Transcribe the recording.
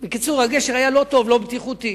בקיצור, הגשר היה לא טוב, לא בטיחותי.